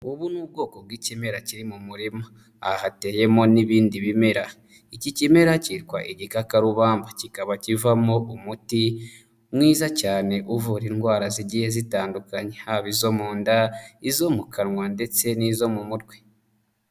Ubu ni ubwoko bw'ikimera kiri mu murima, aha hateyemo n'ibindi bimera, iki kimera cyitwa igikakarubamba kikaba kivamo umuti mwiza cyane uvura indwara zigiye zitandukanye haba izo mu nda, izo mu kanwa ndetse n'izo mu mutwe.